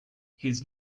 his